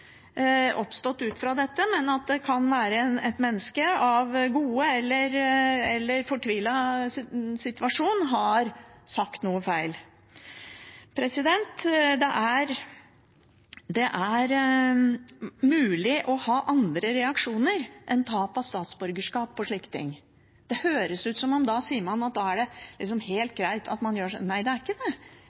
ut fra dette, at det kan være et menneske som i en fortvilt situasjon har sagt noe feil? Det er mulig å ha andre reaksjoner enn tap av statsborgerskap på slike ting. Det høres ut som at man da sier at det liksom er helt greit at man gjør det. Nei, det er ikke greit, men det